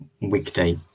weekday